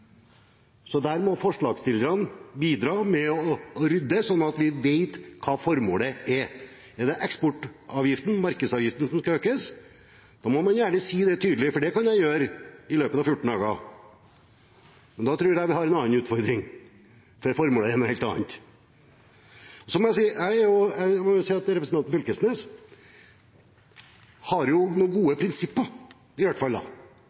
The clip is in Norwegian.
Så der må forslagsstillerne bidra med å rydde, sånn at vi vet hva formålet er. Er det eksportavgiften, markedsavgiften, som skal økes, må man gjerne si det tydelig, for det kan jeg gjøre i løpet av 14 dager. Men da tror jeg vi har en annen utfordring, for det formålet er noe helt annet. Jeg må si at representanten Knag Fylkesnes har noen gode prinsipper i hvert fall